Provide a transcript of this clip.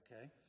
okay